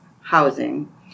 housing